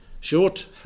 short